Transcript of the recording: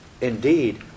Indeed